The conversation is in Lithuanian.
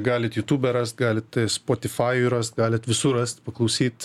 galit jutube rast galit spotifajuj rast galit visus rast paklausyt